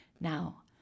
Now